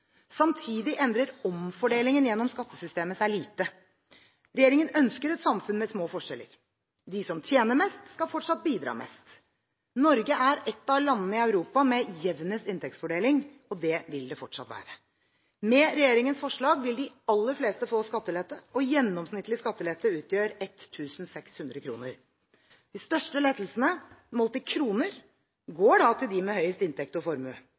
Samtidig endrer omfordelingen gjennom skattesystemet seg lite. Regjeringen ønsker et samfunn med små forskjeller. De som tjener mest, skal fortsatt bidra mest. Norge er et av landene i Europa med jevnest inntektsfordeling. Det vil det fortsatt være. Med regjeringens forslag vil de aller fleste få skattelette. Gjennomsnittlig skattelette utgjør 1 600 kr. De største lettelsene målt i kroner går til dem med høyest inntekt og formue.